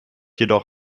jedoch